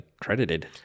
credited